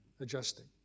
adjusting